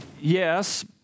Yes